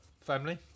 family